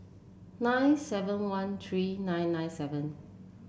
nine seven one three nine nine seven